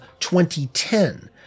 2010